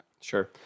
sure